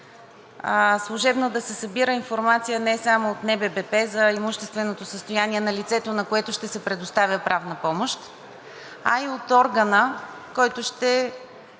служебно да се събира информация не само от НБПП за имущественото състояние на лицето, на което ще се предоставя правна помощ, а и от процесуалния